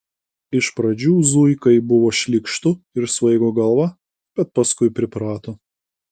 iš pradžių zuikai buvo šlykštu ir svaigo galva bet paskui priprato